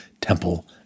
temple